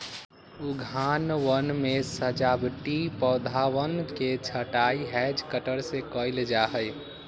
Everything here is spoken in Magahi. उद्यानवन में सजावटी पौधवन के छँटाई हैज कटर से कइल जाहई